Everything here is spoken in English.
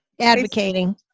Advocating